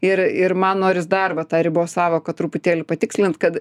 ir ir man noris dar va tą ribos sąvoką truputėlį patikslint kad